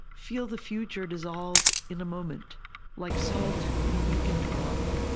feel the future dissolve in a moment like salt in a weakened broth.